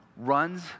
runs